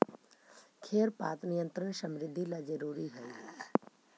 खेर पात नियंत्रण समृद्धि ला जरूरी हई